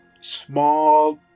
small